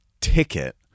ticket